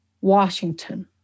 Washington